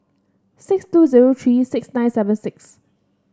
six two zero three six nine seven six